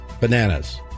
Bananas